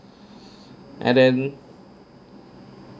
and then